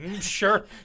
sure